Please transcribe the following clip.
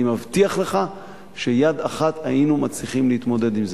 אני מבטיח לך שיד אחת היינו מצליחים להתמודד עם זה.